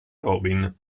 robin